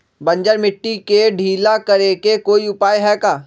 बंजर मिट्टी के ढीला करेके कोई उपाय है का?